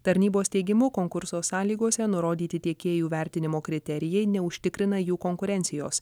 tarnybos teigimu konkurso sąlygose nurodyti tiekėjų vertinimo kriterijai neužtikrina jų konkurencijos